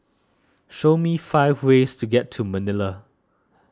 show me five ways to get to Manila